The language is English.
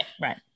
Right